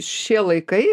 šie laikai